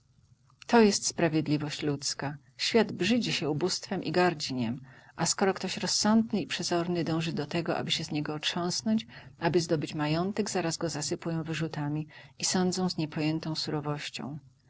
to jest sprawiedliwość ludzka świat brzydzi się ubóstwem i gardzi niem a skoro ktoś rozsądny i przezorny dąży do tego aby się z niego otrząsnąć aby zdobyć majątek zaraz go zasypują wyrzutami i sądzą z